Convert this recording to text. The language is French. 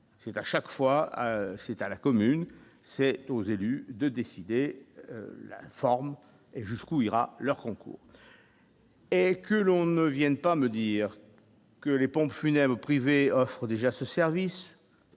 c'est à chaque fois, c'est à la commune, c'est aux élus de décider la forme et jusqu'où ira leur concours. Et que l'on ne Vienne pas me dire que les pompes funèbres privée offrent déjà ce service,